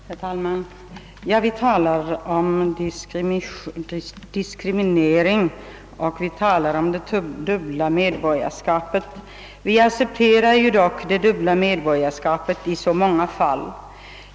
Herr talman! Här talar vi om diskriminering och vi talar om dubbelt medborgarskap. Vi accepterar dock det dubbla medborgarskapet i så många fall.